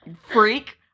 freak-